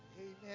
Amen